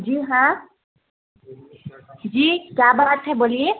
جی ہاں جی کیا بات ہے بولیے